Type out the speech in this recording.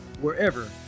wherever